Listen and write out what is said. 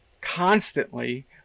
constantly